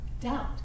doubt